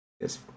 Yes